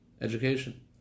education